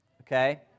Okay